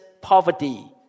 poverty